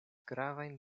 gravajn